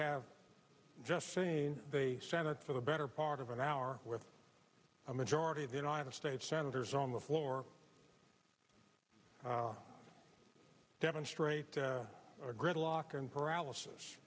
have just seen the senate for the better part of an hour with a majority of the united states senators on the floor demonstrate the gridlock and paralysis